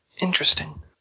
Interesting